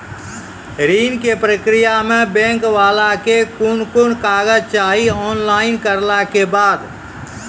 ऋण के प्रक्रिया मे बैंक वाला के कुन कुन कागज चाही, ऑनलाइन करला के बाद?